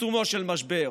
בעיצומו של משבר.